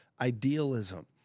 idealism